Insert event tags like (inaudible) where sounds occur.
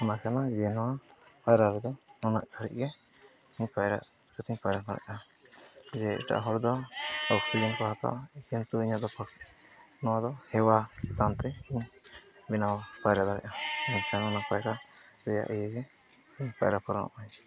ᱚᱱᱟ ᱠᱟᱱᱟ ᱡᱮᱢᱚᱱ ᱯᱟᱭᱨᱟ ᱨᱮᱫᱚ (unintelligible) ᱠᱷᱟᱡ ᱜᱮ (unintelligible) ᱯᱟᱭᱨᱟ ᱫᱟᱲᱮᱭᱟᱜᱼᱟ ᱡᱮ ᱮᱴᱟᱜ ᱦᱚᱲ ᱫᱚ ᱵᱚᱠᱥᱤᱝ ᱠᱚ ᱦᱟᱛᱟᱣᱟ ᱠᱤᱱᱛᱩ ᱤᱧᱟᱹᱜ ᱫᱚ ᱱᱚᱣᱟ ᱫᱚ ᱦᱮᱣᱟ ᱠᱟᱱᱛᱮ ᱫᱤᱱᱟᱹᱢᱤᱧ ᱯᱟᱭᱨᱟ ᱫᱟᱲᱮᱭᱟᱜᱼᱟ ᱢᱮᱱᱠᱷᱟᱱ ᱚᱱᱟ ᱯᱟᱭᱨᱟ ᱨᱮᱭᱟᱜ ᱤᱭᱟᱹᱜᱮ ᱯᱟᱭᱨᱟ ᱯᱟᱨᱚᱢᱚᱜᱼᱟᱹᱧ